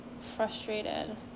Frustrated